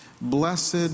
blessed